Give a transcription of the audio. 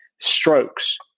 strokes